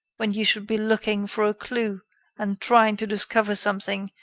when you should be looking for a clue and trying to discover something,